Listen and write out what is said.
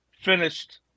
finished